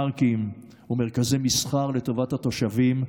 פארקים ומרכזי מסחר לטובת התושבים,